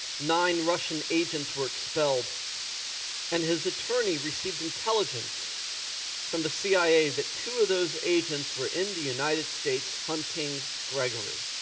nine russian agents were expelled and his attorney received intelligence from the cia that two of those agents were in the united states hunting grigory.